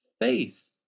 faith